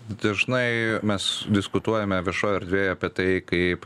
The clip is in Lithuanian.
dažnai mes diskutuojame viešoj erdvėj apie tai kaip